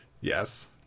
Yes